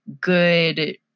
good